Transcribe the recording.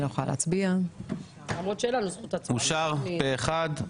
הצבעה אושר אושר פה אחד,